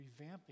revamping